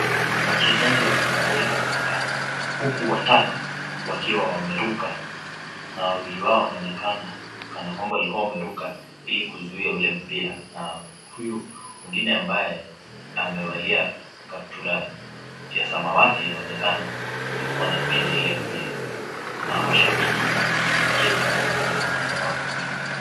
Wachezaji wa voliboli wanaonekana huku watatu wakiwa wameruka na wawili wao wanaonekana kana kwamba walikua wameruka ili kuzuia ule mpira na huyu mwingine ambaye amevalia kaptura ya samawati anaonekana ndio alikua inaipiga ile mpira na mashabiki wameketi upande ule mwingine wa jukwaa.